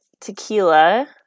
tequila